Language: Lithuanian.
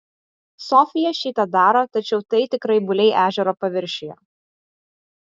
sofija šį tą daro tačiau tai tik raibuliai ežero paviršiuje